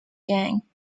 gang